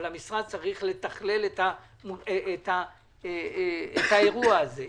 אבל המשרד צריך לתכלל את האירוע הזה.